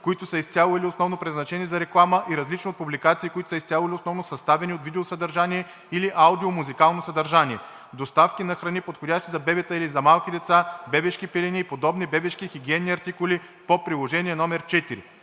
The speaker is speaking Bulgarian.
които са изцяло или основно предназначени за реклама, и различни от публикации, които са изцяло или основно съставени от видеосъдържание или аудио-музикално съдържание; 3. доставки на храни, подходящи за бебета или за малки деца, бебешки пелени и подобни бебешки хигиенни артикули по приложение № 4.“